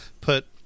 put